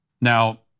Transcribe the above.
Now